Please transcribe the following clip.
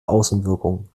außenwirkung